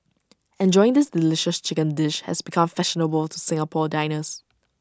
enjoying this delicious chicken dish has become fashionable to Singapore diners